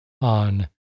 on